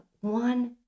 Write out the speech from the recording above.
one